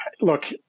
look